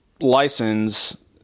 license